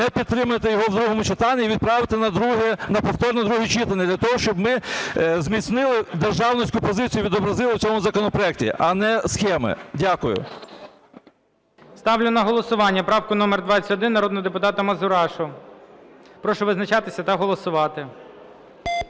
не підтримуйте його в другому читанні і відправте на повторне друге читання для того, щоб ми зміцнили державницьку позицію і відобразили в цьому законопроекті, а не схеми. Дякую. ГОЛОВУЮЧИЙ. Ставлю на голосування правку номер 21 народного депутата Мазурашу. Прошу визначатися та голосувати.